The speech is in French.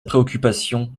préoccupation